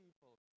people